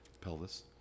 Pelvis